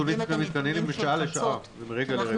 הנתונים שלנו מתעדכנים משעה לשעה ומרגע לרגע.